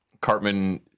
Cartman